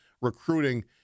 recruiting